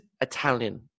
Italian